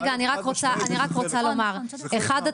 אני רק רוצה לומר: אחד,